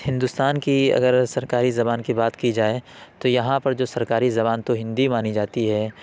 ہندوستان کی اگر سرکاری زبان کی بات جائے تو یہاں پر جو سرکاری زبان تو ہندی مانی جاتی ہے